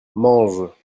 mange